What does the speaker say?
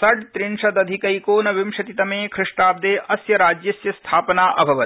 षड्र्रिशदधिकैकोन विंशतितमे ख़िष्टाब्दे अस्य राज्यस्य स्थापना अभवत्